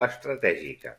estratègica